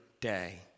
day